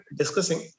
discussing